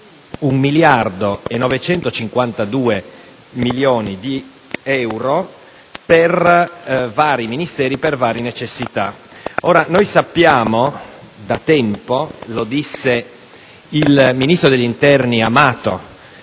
disponibili 1.952 milioni di euro per vari Ministeri e varie necessità. Ora, sappiamo da tempo - lo disse il ministro dell'interno Amato